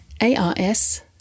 A-R-S